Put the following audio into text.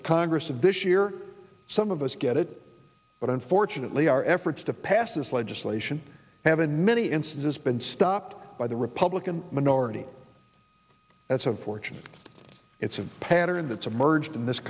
the congress and this year some of us get it but unfortunately our efforts to pass this legislation have in many instances been stopped by the republican minority that's a fortune it's a pattern that's emerged in this